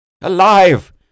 Alive